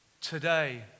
today